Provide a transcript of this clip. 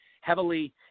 heavily